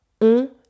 on